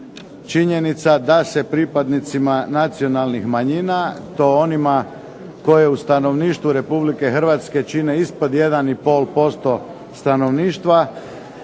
činjenica da se pripadnicima nacionalnih manjina i to onima koje u stanovništvu RH čine ispod 1,5% stanovništva